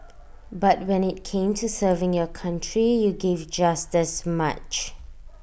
but when IT came to serving your country you gave just as much